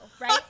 right